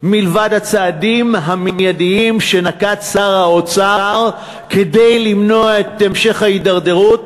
מלבד הצעדים המיידיים שנקט שר האוצר כדי למנוע את המשך ההידרדרות